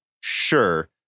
sure